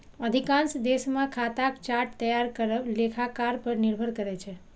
अधिकांश देश मे खाताक चार्ट तैयार करब लेखाकार पर निर्भर करै छै